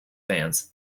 fans